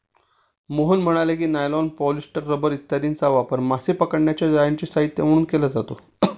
मोहन म्हणाले की, nylon, polyester, rubber इत्यादींचा वापर मासे पकडण्याच्या जाळ्यांचे साहित्य म्हणून केला जातो